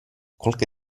qualche